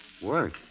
Work